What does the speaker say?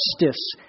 justice